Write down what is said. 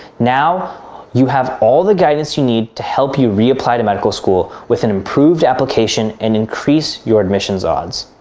now you have all the guidance you need to help you reapply to medical school with an improved application and increase your admissions odds.